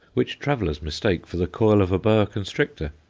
which travellers mistake for the coil of a boa constrictor.